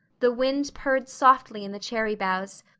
the wind purred softly in the cherry boughs,